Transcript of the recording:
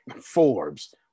Forbes